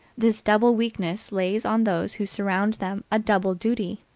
this double weakness lays on those who surround them a double duty.